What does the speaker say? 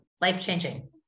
life-changing